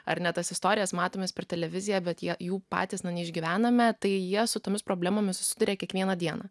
ar ne tas istorijas matom jas per televiziją bet jie jų patys na neišgyvename tai jie su tomis problemomis susiduria kiekvieną dieną